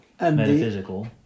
metaphysical